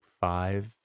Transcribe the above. five